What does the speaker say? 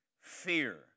fear